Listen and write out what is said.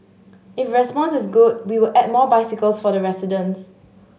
if response is good we will add more bicycles for the residents